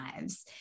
lives